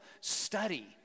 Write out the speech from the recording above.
study